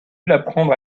l’apprendre